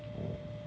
oh